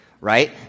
right